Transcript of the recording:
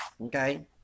okay